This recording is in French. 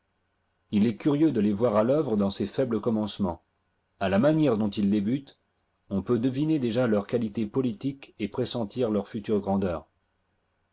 il est curieux de les voir à l'œuvre dans ces faibles commencements a la manière dont ils débutent on peut deviner déjà leurs qualités politiques et pressentir leur future grandeur